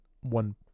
one